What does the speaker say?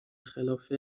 خلاف